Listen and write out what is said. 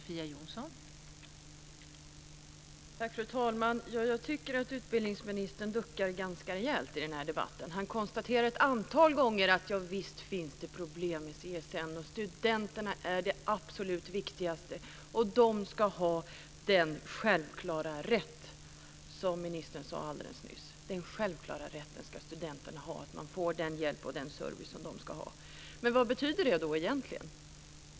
Fru talman! Jag tycker att utbildningsministern duckar ganska rejält i den här debatten. Han konstaterar ett antal gånger att visst finns det problem i CSN. Studenterna är det absolut viktigaste, och de ska ha den självklara rätt, som ministern sade alldeles nyss, att få den hjälp och service som de ska ha. Vad betyder det egentligen?